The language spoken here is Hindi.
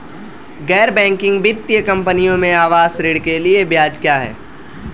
गैर बैंकिंग वित्तीय कंपनियों में आवास ऋण के लिए ब्याज क्या है?